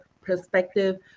perspective